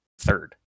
third